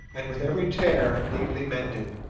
and with every tear neatly mended.